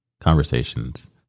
conversations